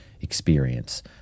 experience